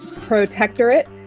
Protectorate